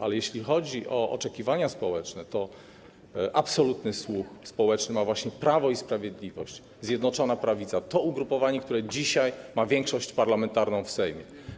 Ale jeśli chodzi o oczekiwania społeczne, to absolutny słuch społeczny ma właśnie Prawo i Sprawiedliwość, Zjednoczona Prawica, to ugrupowanie, które dzisiaj ma większość parlamentarną w Sejmie.